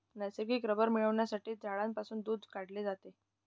नैसर्गिक रबर मिळविण्यासाठी झाडांपासून दूध काढले जाते